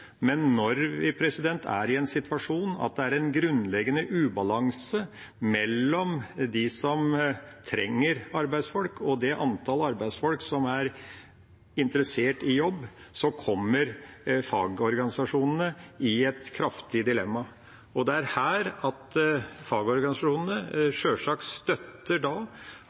Men når vi er i en situasjon hvor det er en grunnleggende ubalanse mellom dem som trenger arbeidsfolk, og det antall arbeidsfolk som er interessert i jobb, kommer fagorganisasjonene i et kraftig dilemma. Det er her fagorganisasjonene sjølsagt støtter